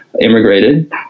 immigrated